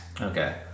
Okay